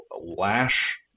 lash